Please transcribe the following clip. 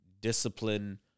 discipline